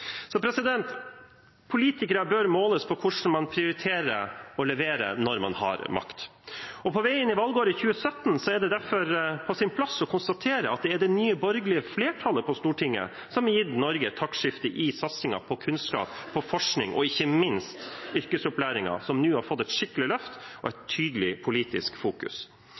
Politikere bør måles på hvordan man prioriterer og leverer når man har makt. På veien i valgåret 2017 er det derfor på sin plass å konstatere at det er det nye borgerlige flertallet på Stortinget som har gitt Norge et taktskifte i satsingen på kunnskap, på forskning og ikke minst på yrkesopplæringen, som nå har fått et skikkelig løft og et tydelig politisk fokus.